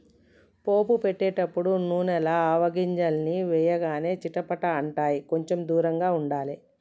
పోపు పెట్టేటపుడు నూనెల ఆవగింజల్ని వేయగానే చిటపట అంటాయ్, కొంచెం దూరంగా ఉండాలే